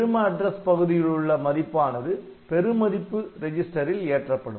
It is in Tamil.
பெரும அட்ரஸ் பகுதியிலுள்ள மதிப்பானது பெருமதிப்பு ரிஜிஸ்டரில் ஏற்றப்படும்